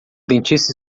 dentista